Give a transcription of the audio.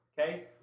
Okay